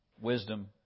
wisdom